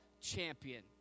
champion